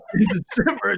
December